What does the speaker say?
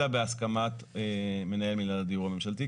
אלא בהסכמת מנהל מינהל הדיור הממשלתי,